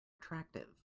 attractive